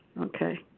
Okay